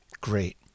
great